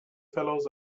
fellows